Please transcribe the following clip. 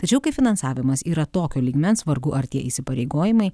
tačiau kai finansavimas yra tokio lygmens vargu ar tie įsipareigojimai